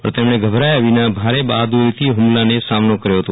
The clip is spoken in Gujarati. પણ તેમણે ગભરાયાવિના ભારે બહાદ્વરી થી હુમલાને સામનો કર્યો હતો